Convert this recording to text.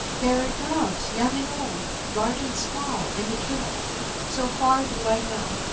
there are dogs, young and old, large and small, in the kennels so far do i know,